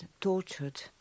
tortured